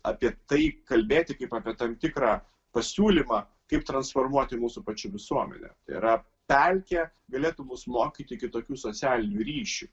apie tai kalbėti kaip apie tam tikrą pasiūlymą kaip transformuoti mūsų pačių visuomenę tai yra pelkė galėtų mus mokyti kitokių socialinių ryšių